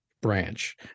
branch